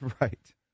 Right